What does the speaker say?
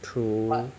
true